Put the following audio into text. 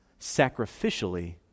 sacrificially